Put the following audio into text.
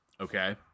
Okay